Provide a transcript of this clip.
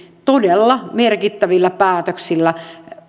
todella merkittävillä päätöksillä